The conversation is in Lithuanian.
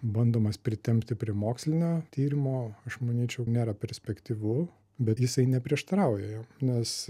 bandomas pritempti prie mokslinio tyrimo aš manyčiau nėra perspektyvu bet jisai neprieštarauja nes